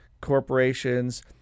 Corporations